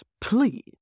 please